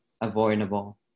avoidable